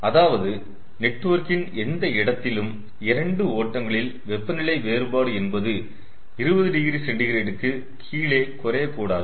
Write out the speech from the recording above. அதாவது நெட்வொர்க்கின் எந்த இடத்திலும் இரண்டு ஓட்டங்களில் வெப்பநிலை வேறுபாடு என்பது 20oC க்கு கீழே குறையக்கூடாது